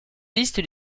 liste